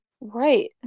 Right